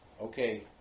Okay